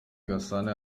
gasana